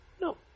No